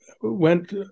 Went